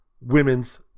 women's